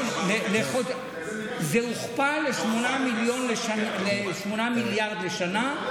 זה הוכפל ל-8 מיליארד לשנה,